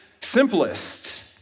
simplest